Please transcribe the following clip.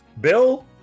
Bill